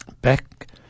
back